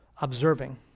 Observing